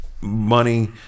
money